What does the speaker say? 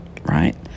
right